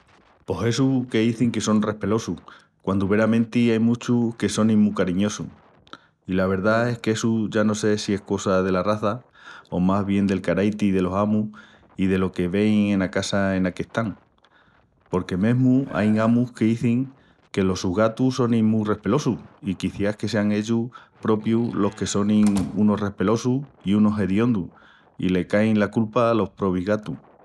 Pos essu qu'zini que son respelosus, quandu veramenti ain muchus que sonin mu cariñosus. I la verdá es qu'essu ya no sé si es cosa dela raza o más del caraiti delos amus i delo que vein ena casa ena qu'están. Porque mesmu ain amus qu'izin que los gatus sonin mu respelosus i quiciás que sean ellus propius los que sonin unus respelosus i unus hediondus i le cain la culpa alos probis gatus.